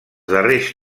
darrers